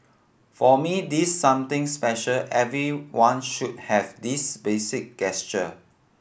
for me this something special everyone should have this basic gesture